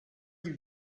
you